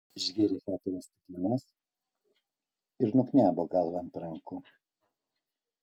išgėrė keturias stiklines ir nuknebo galva ant rankų